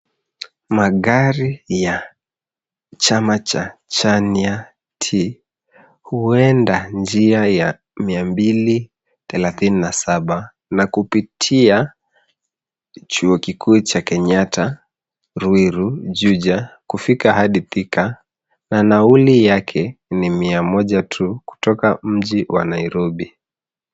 Magari ya chama cha Chania T huenda njia ya 237 na kupitia chuo kikuu cha Kenyatta, Ruiru, Juja kufika hadi Thika na nauli yake ni 100 tu kutoka mji wa Nairobi.